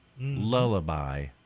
lullaby